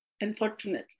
Unfortunately